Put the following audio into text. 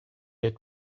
had